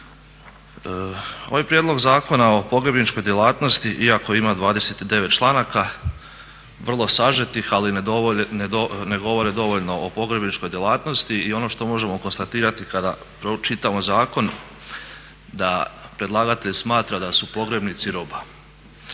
Ovaj prijedlog Zakona o pogrebničkoj djelatnosti iako ima 29. članaka vrlo sažetih ali ne govore dovoljno o pogrebničkoj djelatnosti i ono što možemo konstatirati kada pročitamo zakon da predlagatelj smatra da su pogrebnici roba.